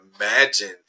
imagine